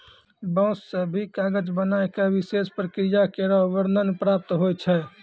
बांस सें भी कागज बनाय क विशेष प्रक्रिया केरो वर्णन प्राप्त होय छै